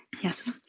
Yes